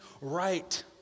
right